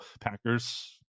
Packers